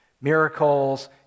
Miracles